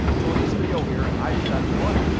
so in this video here, i decided, you know what,